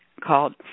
called